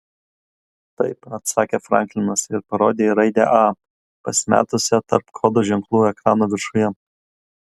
taip atsakė franklinas ir parodė į raidę a pasimetusią tarp kodo ženklų ekrano viršuje